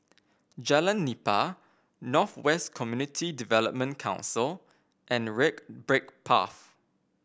Jalan Nipah North West Community Development Council and Red Brick Path